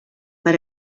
per